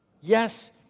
Yes